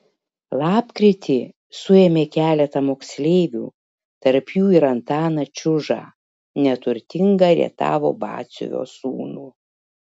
lapkritį suėmė keletą moksleivių tarp jų ir antaną čiužą neturtingą rietavo batsiuvio sūnų